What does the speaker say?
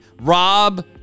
Rob